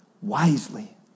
wisely